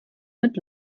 mit